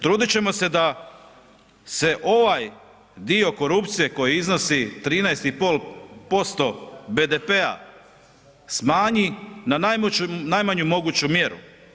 Trudit ćemo se da se ovaj dio korupcije koji iznosi 13,5% BDP-a smanji na najmanju moguću mjeru.